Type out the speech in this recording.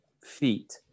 feet